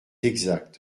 exact